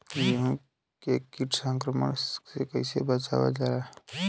गेहूँ के कीट संक्रमण से कइसे बचावल जा?